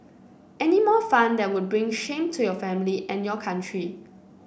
any more fun that that would bring shame to your family and your country